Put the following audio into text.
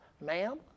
ma'am